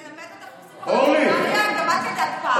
ללמד אותה איך עושים, גם את ידעת פעם.